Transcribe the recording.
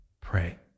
pray